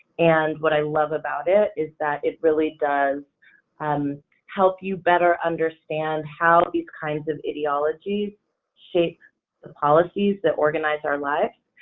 and what i love about it is it it really does and help you better understand how these kinds of ideologies shape the policies that organize our lives.